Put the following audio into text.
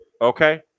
Okay